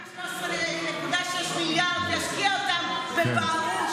אף אחד לא ייקח 13.6 מיליארד וישקיע אותם בבערות.